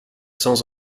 sans